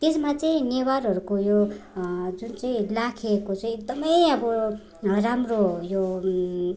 त्यसमा चाहिँ नेवारहरूको यो जुन चाहिँ लाखेको चाहिँ एकदमै अब राम्रो यो